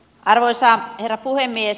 arvoisa herra puhemies